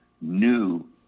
new